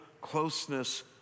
closeness